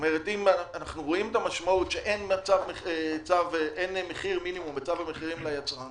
אנחנו רואים שאין מחיר מינימום בצו המחירים ליצרן